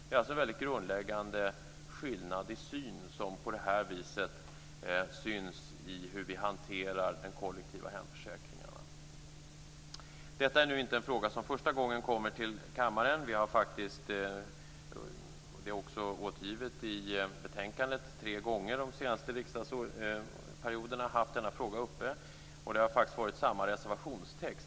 Det är alltså en grundläggande skillnad i synsättet som på det här viset syns i hur vi hanterar de kollektiva hemförsäkringarna. Det är inte första gången som frågan kommer till kammaren. Vi har, vilket finns återgivet i betänkandet, tre gånger under de senaste riksdagsperioderna haft frågan uppe och det har faktiskt varit samma reservationstext.